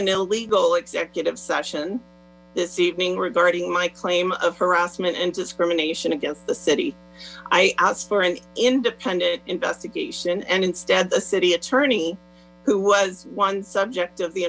an illegal executive session this evening regarding my claim of harassment and discrimination against the city i asked for an in depth investigation and instead the city attorney who was one subject of the